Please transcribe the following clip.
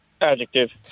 Adjective